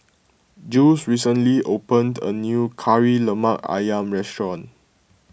Jules recently opened a new Kari Lemak Ayam restaurant